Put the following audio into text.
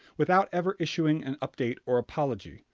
without ever issuing an update or apology.